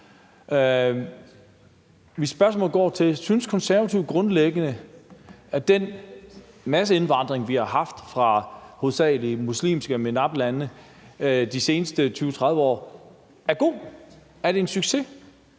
Mit spørgsmål går på, om Konservative grundlæggende synes, at den masseindvandring, vi har haft fra hovedsagelig muslimske MENAPT-lande de seneste 20-30 år, er god. Er det en succes?